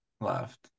left